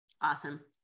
Awesome